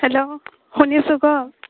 hello শুনিছোঁ ক